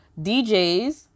DJs